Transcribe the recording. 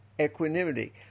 equanimity